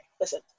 Listen